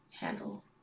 handle